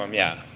um yeah,